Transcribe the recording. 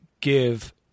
give